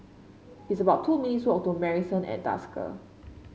it's about two minutes' walk to Marrison at Desker